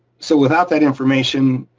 so without that information,